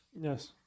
Yes